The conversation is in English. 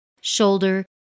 shoulder